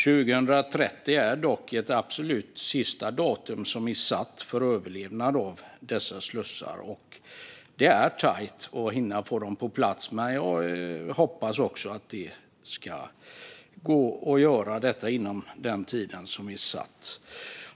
År 2030 är dock ett absolut sista datum för överlevnaden av dessa slussar, och det är tajt att hinna få dem på plats. Jag hoppas att det ska gå att göra inom den tid som är utsatt.